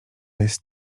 jest